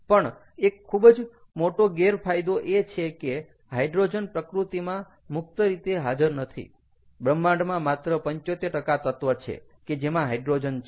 પણ એક ખૂબ જ મોટો ગેરફાયદો એ છે કે હાઈડ્રોજન પ્રકૃતિમાં મુક્ત રીતે હાજર નથી બ્રહ્માંડમાં માત્ર 75 તત્ત્વ છે કે જેમાં હાઈડ્રોજન છે